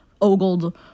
ogled